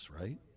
right